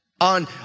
On